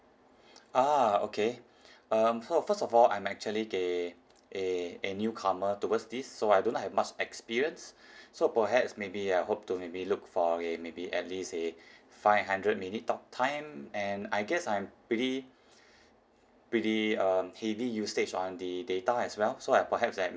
ah okay um so first of all I'm actually a a a newcomer towards this so I do not have much experience so perhaps maybe I hope to maybe look for a maybe at least a five hundred minute talk time and I guess I am pretty pretty uh heavy usage on the data as well so I perhaps I